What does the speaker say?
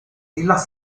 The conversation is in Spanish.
islas